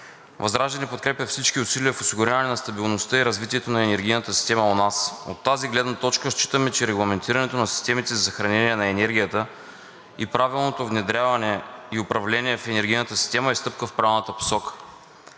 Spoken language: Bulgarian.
ВЪЗРАЖДАНЕ подкрепя всички усилия в осигуряване на стабилността и развитието на енергийната система у нас. От тази гледна точка считаме, че регламентирането на системите за съхранение на енергията и правилното внедряване и управление в енергийната система е стъпка в правилната посока.